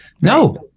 No